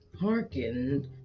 hearkened